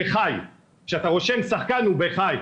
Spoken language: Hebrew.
כשאתה רושם שחקן הוא ב'חי',